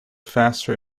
faster